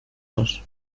dos